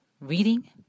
reading